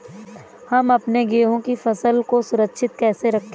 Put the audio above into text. हम अपने गेहूँ की फसल को सुरक्षित कैसे रखें?